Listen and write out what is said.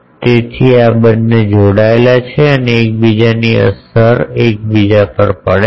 તેથી આ બંને જોડાયેલા છે અને એકની અસર બીજા પર પડે છે